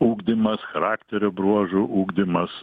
ugdymas charakterio bruožų ugdymas